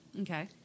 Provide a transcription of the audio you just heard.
okay